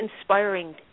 inspiring